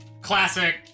Classic